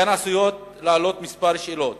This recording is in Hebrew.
כאן עשויות לעלות כמה שאלות